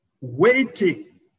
waiting